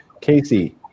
Casey